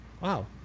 Wow